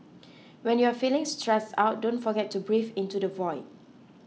when you are feeling stressed out don't forget to breathe into the void